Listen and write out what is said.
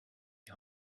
die